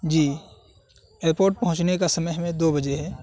جی airport پہنچنے کا سمے ہمیں دو بجے ہے